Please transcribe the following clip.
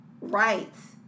rights